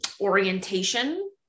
orientation